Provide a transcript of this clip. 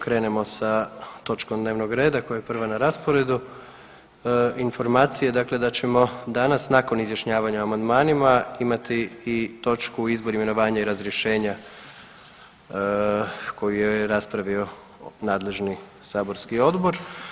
krenemo sa točkom dnevnog reda koja je prva na rasporedu informacije, dakle da ćemo danas nakon izjašnjavanja o amandmanima imati i točku – Izbor, imenovanja i razrješenja koju je raspravio nadležni saborski odbor.